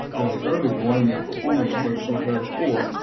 but in the early going, the performance was very poor.